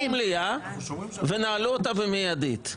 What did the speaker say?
-- פתחו את המליאה היה ביזיון ונעלו אותה מיידית.